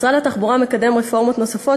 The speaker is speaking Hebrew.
משרד התחבורה מקדם רפורמות נוספות,